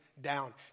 down